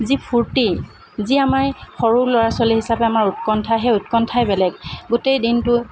যি ফূৰ্তি যি আমাৰ সৰু ল'ৰা ছোৱালী হিচাপে আমাৰ উৎকণ্ঠা সেই উৎকণ্ঠাই বেলেগ গোটেই দিনটো